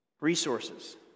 Resources